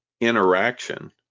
interaction